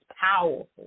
powerful